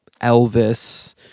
Elvis